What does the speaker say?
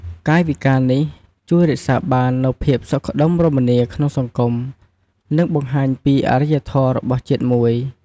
កាយវិការនេះជួយរក្សាបាននូវភាពសុខដុមរមនាក្នុងសង្គម និងបង្ហាញពីអរិយធម៌របស់ជាតិមួយ។